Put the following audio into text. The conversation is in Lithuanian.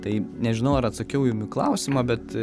tai nežinau ar atsakiau jum į klausimą bet